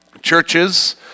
Churches